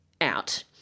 out